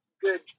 good